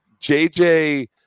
JJ